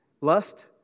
Lust